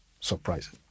surprising